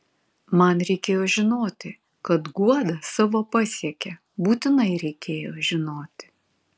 man reikėjo žinoti kad guoda savo pasiekė būtinai reikėjo žinoti